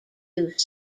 use